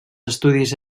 estudis